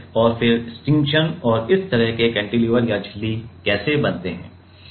और फिर स्टिचशन और इस तरह के कैंटिलीवर या झिल्ली कैसे बनते हैं